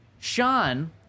Sean